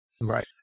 Right